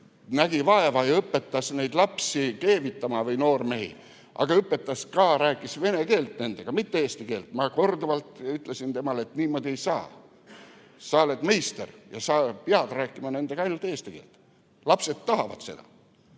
nägi vaeva ja õpetas neid lapsi või noormehi keevitama, aga ta rääkis vene keelt nendega, mitte eesti keelt. Ma korduvalt ütlesin temale, et niimoodi ei saa, sa oled meister ja sa pead rääkima nendega ainult eesti keelt, lapsed tahavad seda.